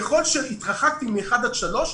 ככל שהתרחקתי מ-1 עד 3,